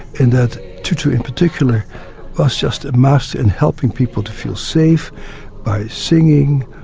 and that tutu in particular was just a master in helping people to feel safe by singing,